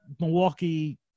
Milwaukee